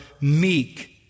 meek